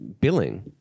Billing